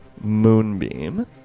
Moonbeam